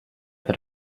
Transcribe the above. per